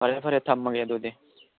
ꯐꯔꯦ ꯐꯔꯦ ꯊꯝꯃꯒꯦ ꯑꯗꯨꯗꯤ